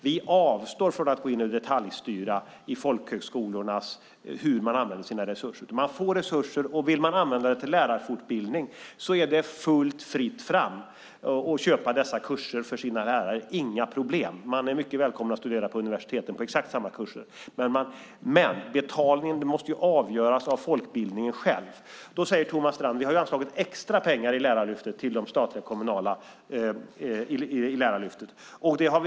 Vi avstår från att gå in och detaljstyra hur folkhögskolorna använder sina resurser. Man får alltså resurser. Vill man använda dessa till lärarfortbildning är det fritt fram att köpa dessa kurser till sina lärare; där är det inga problem. Man är således mycket välkommen att studera på exakt samma kurser på universiteten som andra. Men betalningen måste avgöras av folkbildningen själv. Thomas Strand säger att de anslagit extra pengar till Lärarlyftet.